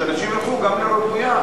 שאנשים ילכו גם לרוויה.